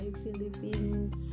philippines